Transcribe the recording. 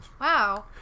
Wow